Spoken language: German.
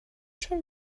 schon